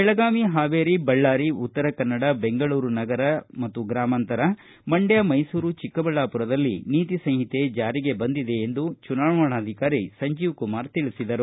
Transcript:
ಬೆಳಗಾವಿ ಹಾವೇರಿ ಬಳ್ಳಾರಿ ಉತ್ತರ ಕನ್ನಡ ಬೆಂಗಳೂರು ನಗರ ಮತ್ತು ಗ್ರಮಾಂತರ ಮಂಡ್ಕ ಮೈಸೂರು ಚಿಕ್ಕಬಳ್ಳಾಪುರದಲ್ಲಿ ನೀತಿ ಸಂಹಿತೆ ಜಾರಿಗೆ ಬಂದಿದೆ ಎಂದು ಚುನಾವಣಾಧಿಕಾರಿ ಸಂಜೀವಕುಮಾರ ತಿಳಿಸಿದ್ದಾರೆ